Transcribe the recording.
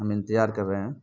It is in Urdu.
ہم انتظار کر رہے ہیں